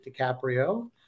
DiCaprio